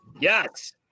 Yes